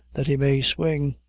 that he may swing,